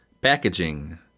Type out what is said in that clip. packaging